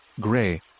gray